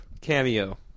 Cameo